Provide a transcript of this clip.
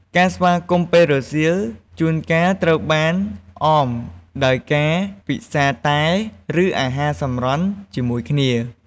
ការស្វាគមន៍ពេលរសៀល ជួនកាលត្រូវបានអមដោយការពិសារតែ ឬអាហារសម្រន់ជាមួយគ្នា។